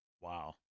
Wow